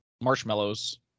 marshmallows